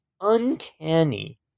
uncanny